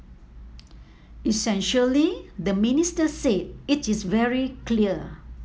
essentially the minister said it is very clear